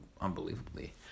unbelievably